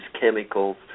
chemicals